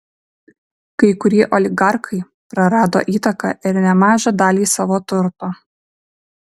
kai kurie oligarchai prarado įtaką ir nemažą dalį savo turto